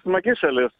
smagi šalis